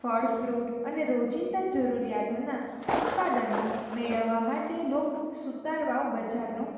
ફળ ફ્રૂટ અને રોજિંદા જરૂરીયાતોના ઉત્પાદનો મેળવવા માટે લોકો સુતાર વાવ બજારનો